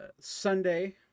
sunday